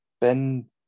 Ben